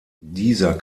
dieser